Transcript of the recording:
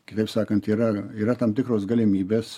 kitaip sakant yra yra tam tikros galimybės